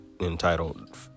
entitled